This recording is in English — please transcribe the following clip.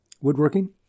woodworking